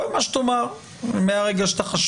כל מה שהוא אומר מהרגע שהוא חשוד,